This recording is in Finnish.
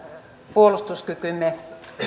puolustuskykymme